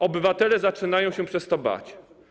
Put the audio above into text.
Obywatele zaczynają się przez to bać.